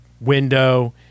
window